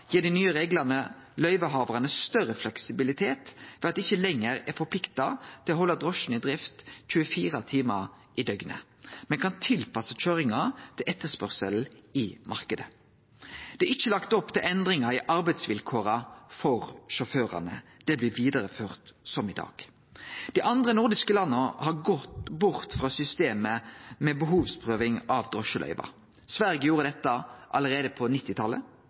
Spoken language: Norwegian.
dei nye reglane løyvehavarane større fleksibilitet ved at dei ikkje lenger er forplikta til å halde drosjene i drift 24 timer i døgnet, men kan tilpasse køyringa til etterspørselen i marknaden. Det er ikkje lagt opp til endringar i arbeidsvilkåra for sjåførane; dei blir vidareførte som i dag. Dei andre nordiske landa har gått bort frå systemet med behovsprøving av drosjeløyve. Sverige gjorde dette allereie på